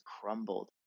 crumbled